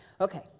Okay